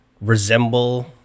resemble